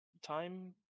time